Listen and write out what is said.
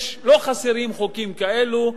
לא חסרים חוקים כאלו,